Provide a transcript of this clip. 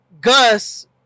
Gus